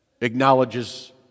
acknowledges